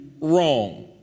wrong